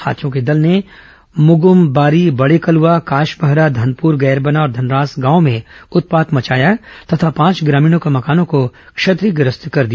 हाथियों के दल ने मगम बारी बडेकलआ काशबहरा धनपुर गैरबना और धनरास गांव में उत्पात मचाया तथा पांच ग्रामीणों के मकानों को क्षतिग्रस्त कर दिया